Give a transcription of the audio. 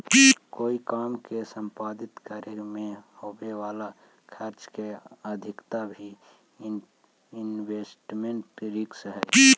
कोई काम के संपादित करे में होवे वाला खर्च के अधिकता भी इन्वेस्टमेंट रिस्क हई